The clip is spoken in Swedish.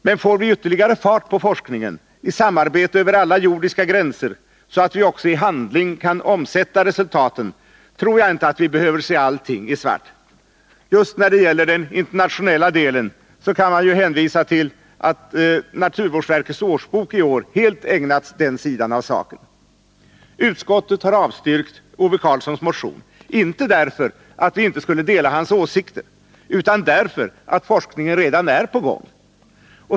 Men får vi ytterligare fart på forskningen i samarbete över alla jordiska gränser, så att vi också i handling kan omsätta resultaten, tror jag inte att vi behöver se allt i svart. Just när det gäller den internationella delen kan man f. ö. hänvisa till att naturvårdsverkets årsbok i år helt ägnats den sidan av saken. Utskottet har avstyrkt Ove Karlssons motion, inte därför att utskottet inte skulle dela hans åsikter, utan därför att forskningen redan är på gång.